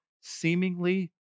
seemingly